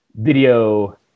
video